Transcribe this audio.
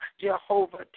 Jehovah